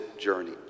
journey